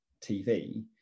TV